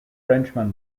frenchman